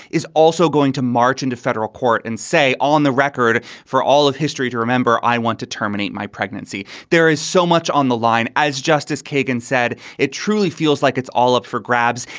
is also going to march into federal court and say on the record for all of history to remember, i want to terminate my pregnancy. there is so much on the line, as justice kagan said. it truly feels like it's all up for grabs.